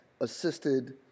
assisted